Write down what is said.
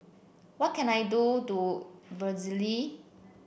what can I do do Belize